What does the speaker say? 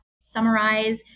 summarize